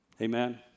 Amen